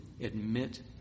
admit